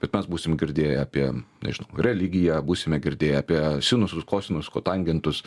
bet mes būsim girdėję apie nežinau religiją būsime girdėję apie sinusus kosinus kotangentus